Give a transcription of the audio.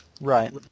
right